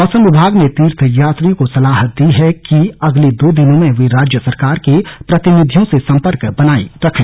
मौसम विभाग ने तीर्थयात्रियों को सलाह दी है कि अगले दो दिनों में वे राज्य सरकार के प्रतिनिधियों से संपर्क बनाए रखें